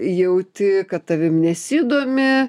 jauti kad tavim nesidomi